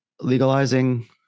legalizing